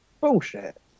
bullshit